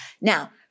Now